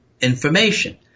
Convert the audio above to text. information